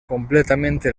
completamente